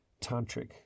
tantric